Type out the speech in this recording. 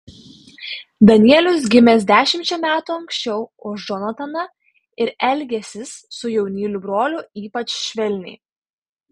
danielius gimęs dešimčia metų anksčiau už džonataną ir elgęsis su jaunyliu broliu ypač švelniai